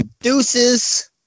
Deuces